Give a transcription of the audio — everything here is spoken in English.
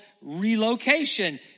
relocation